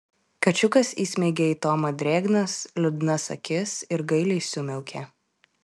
kačiukas įsmeigė į tomą drėgnas liūdnas akis ir gailiai sumiaukė